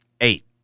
Eight